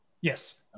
yes